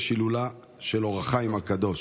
יש הילולה של אור החיים הקדוש.